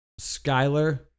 Skyler